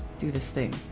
do this thing.